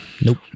Nope